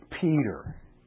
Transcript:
Peter